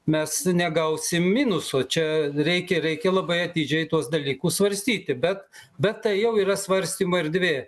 mes negausim minuso čia reikia reikia labai atidžiai tuos dalykus svarstyti bet bet tai jau yra svarstymų erdvė